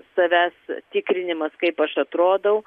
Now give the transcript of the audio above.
savęs tikrinimas kaip aš atrodau